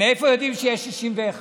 מאיפה יודעים שיש 61?